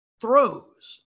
Throws